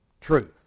truth